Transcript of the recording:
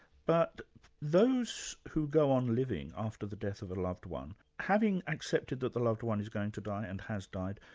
but those who go on living after the death of a loved one, having accepted that the loved one is going to die and has died,